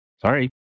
sorry